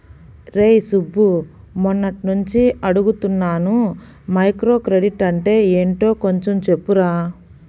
రేయ్ సుబ్బు, మొన్నట్నుంచి అడుగుతున్నాను మైక్రోక్రెడిట్ అంటే యెంటో కొంచెం చెప్పురా